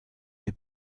des